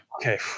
Okay